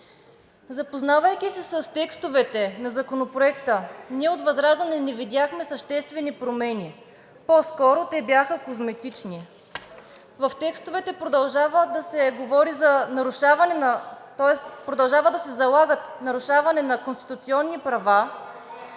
Запознавайки се с текстовете на Законопроекта, ние от ВЪЗРАЖДАНЕ не видяхме съществени промени, по-скоро те бяха козметични. В текстовете продължава да се залага нарушаване на конституционни права.